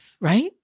right